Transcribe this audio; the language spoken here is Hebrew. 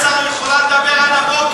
גברתי היושבת-ראש, בהיעדר